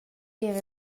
tier